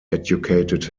educated